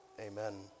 amen